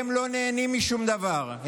הם לא נהנים משום דבר,